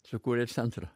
sukūrė centrą